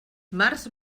març